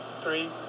three